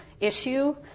issue